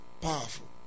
Powerful